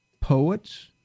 poets